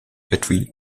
between